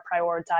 prioritize